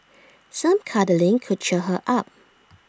some cuddling could cheer her up